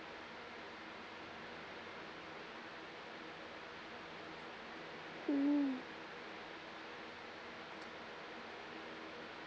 mm